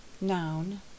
Noun